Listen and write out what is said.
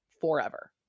forever